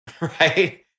Right